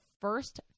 first